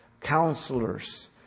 counselors